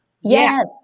yes